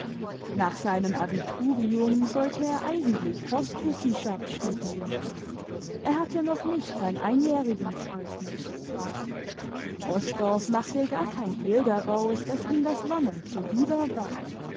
nach seinem abiturium sollte er eigentlich forstwissen schaft studieren r hatte noch nicht sein einjährigenzeugnis osdorff machte gar kein hehl daraus daß ihm das lernen zuwider war